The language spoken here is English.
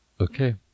Okay